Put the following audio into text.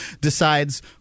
decides